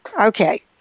Okay